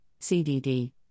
CDD